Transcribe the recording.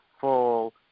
full